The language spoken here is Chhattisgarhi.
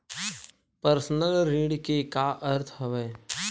पर्सनल ऋण के का अर्थ हवय?